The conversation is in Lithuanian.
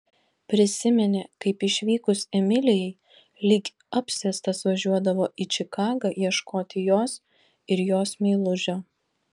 prisiminė kaip išvykus emilijai lyg apsėstas važiuodavo į čikagą ieškoti jos ir jos meilužio